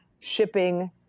shipping